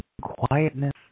quietness